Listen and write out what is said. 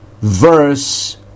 verse